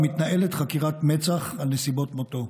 ומתנהלת חקירת מצ"ח על נסיבות מותו.